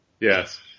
yes